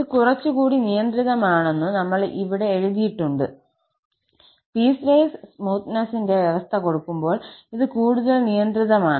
ഇത് കുറച്ചുകൂടി നിയന്ത്രിതമാണെന്ന് നമ്മൾ ഇവിടെ എഴുതിയിട്ടുണ്ട് പീസ്വൈസ് സ്മൂത്തനെസിന്റെ വ്യവസ്ഥ കൊടുക്കുമ്പോൾ ഇത് കൂടുതൽ നിയന്ത്രിതമാണ്